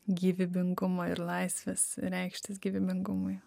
gyvybingumo ir laisvės reikštis gyvybingumui